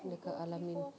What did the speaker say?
dekat al-amin